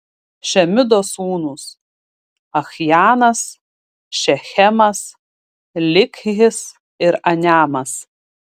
šemidos sūnūs achjanas šechemas likhis ir aniamas